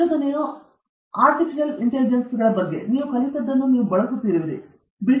ಸಂಶೋಧನೆಯು ಸಿಂಥೆಟಿಕ್ ಗುಪ್ತಚರ ಹಕ್ಕುಗಳ ಬಗ್ಗೆ ನೀವು ಕಲಿತದ್ದನ್ನು ನೀವು ಬಳಸುತ್ತಿರುವಿರಿ